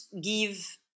give